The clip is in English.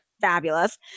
Fabulous